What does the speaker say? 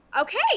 okay